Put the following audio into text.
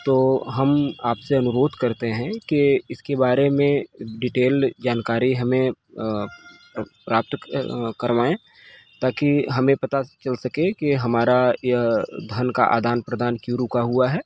तो हम आपसे अनुरोध करते हैं कि इसके बारे में डिटेल जानकारी हमें अ प्राप्त करवाएं ताकि हमें पता चल सके कि हमारा यह धन का आदान प्रदान क्यों रुका हुआ है